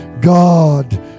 god